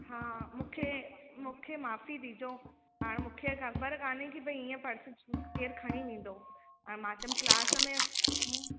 हा मूंखे मूंखे माफ़ी ॾिजो हाणे मूंखे ख़बर काने की भई इहा पर्स केरु खणी वींदो ऐं मां चयमि क्लास में